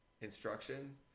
instruction